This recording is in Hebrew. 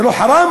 זה לא חראם?